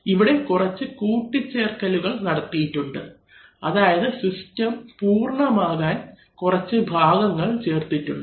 ഇവിടെ കുറച്ചു കൂട്ടിച്ചേർക്കലുകൾ നടത്തിയിട്ടുണ്ട് അതായത് സിസ്റ്റം പൂർണ്ണമാക്കാൻ കുറച്ചു ഭാഗങ്ങൾ ചേർത്തിട്ടുണ്ട്